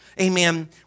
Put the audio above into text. amen